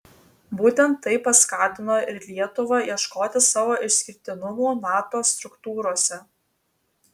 būtent tai paskatino ir lietuvą ieškoti savo išskirtinumų nato struktūrose